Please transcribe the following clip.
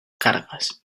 cargas